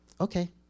okay